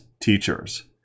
teachers